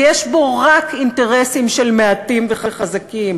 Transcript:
ויש בו רק אינטרסים של מעטים וחזקים.